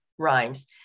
Rhymes